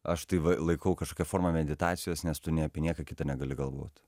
aš tai laikau kažkokia forma meditacijos nes tu ne apie nieką kitą negali galvot